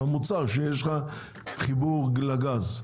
ממוצע שיש לך חיבור לגז.